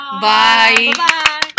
bye